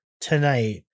tonight